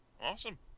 Awesome